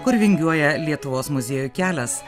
kur vingiuoja lietuvos muziejų kelias